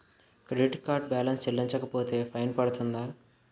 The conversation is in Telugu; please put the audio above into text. క్రెడిట్ కార్డ్ బాలన్స్ చెల్లించకపోతే ఫైన్ పడ్తుంద?